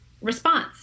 response